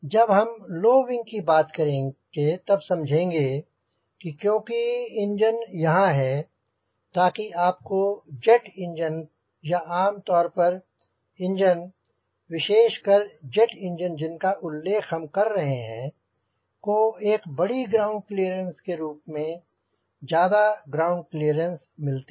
जब हम low wing की बात करेंगे तब समझेंगे कि क्योंकि इंजन यहांँ है ताकि आपको जेट इंजन या आमतौर पर इंजन विशेषकर जेट इंजन जिनका उल्लेख हम कर रहे हैं को एक बड़ी ग्राउंड क्लीयरेंस के रूप में ज्यादा ग्राउंड क्लीयरेंस मिलती है